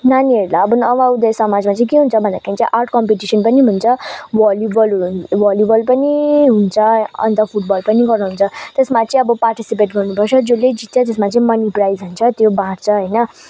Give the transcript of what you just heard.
नानीहरूलाई अब नव उदय समाजमा चाहिँ के हुन्छ भन्दाखेरि चाहिँ आर्ट कम्पिटिसन् पनि हुन्छ भलिबल हुन्छ भलिबल पनि हुन्छ अन्त फुटबल पनि गराउँछ त्यसमा चाहिँ अब पार्टिसिपेट गर्नुप र्छ जसले जित्छ त्यसमा चाहिँ मनी प्राइज हुन्छ त्यो बाढ्छ होइन